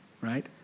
Right